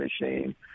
machine